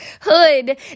hood